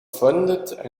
funded